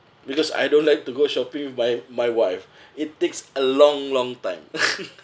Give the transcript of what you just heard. because I don't like to go shopping with my my wife it takes a long long time